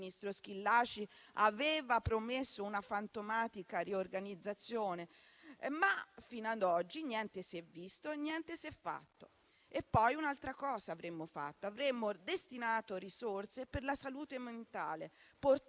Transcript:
Schillaci aveva promesso una fantomatica riorganizzazione, ma fino ad oggi niente si è visto e niente si è fatto. Avremmo poi fatto un'altra cosa; avremmo destinato risorse per la salute mentale, portandole